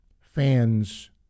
fans